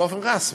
באופן רשמי,